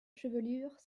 chevelure